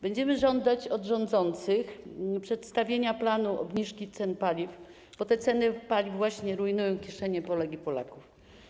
Będziemy żądać od rządzących przedstawienia planu obniżki cen paliw, bo te ceny paliw rujnują kieszenie Polek i Polaków.